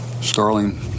Starling